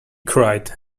cried